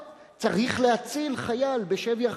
טוב, צריך להציל חייל בשבי ה"חמאס".